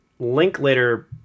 Linklater